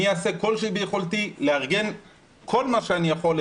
אני אעשה כל שביכולתי לארגן כל מה שאני יכול,